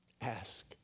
ask